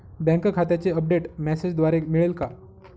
Bank खात्याचे update मेसेजद्वारे मिळेल का?